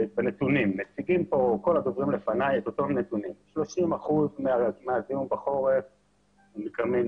מציגים פה כל הדוברים לפניי את אותם נתונים: 30% מהזיהום בחורף מקמינים,